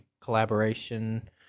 collaboration